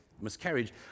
miscarriage